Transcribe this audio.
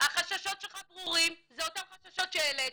החששות שלך ברורים, זה אותם חששות שהעליתי,